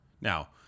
Now